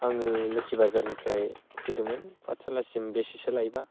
आङो लोखि बाजारनिफ्राय फैदोंमोन पातसालासिम बेसेसो लायोबा